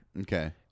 Okay